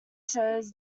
shows